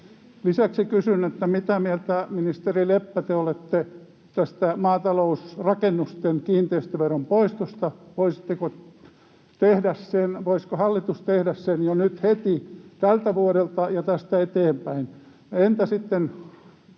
Lisäksi kysyn: Mitä mieltä te, ministeri Leppä, olette tästä maatalousrakennusten kiinteistöveron poistosta? Voisiko hallitus tehdä sen jo nyt heti tältä vuodelta ja tästä eteenpäin, entä sitten